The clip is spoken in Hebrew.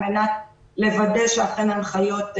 על מנת לוודא שאכן ההנחיות -- עינבל,